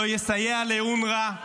לא יסייע לאונר"א.